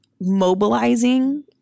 mobilizing